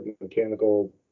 mechanical